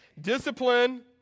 Discipline